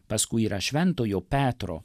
paskui yra šventojo petro